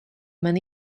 man